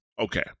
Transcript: Okay